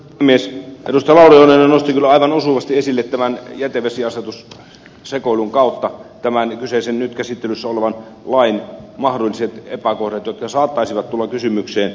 lauri oinonen nosti kyllä aivan osuvasti esille tämän jätevesiasetussekoilun kautta kyseisen nyt käsittelyssä olevan lain mahdolliset epäkohdat jotka saattaisivat tulla kysymykseen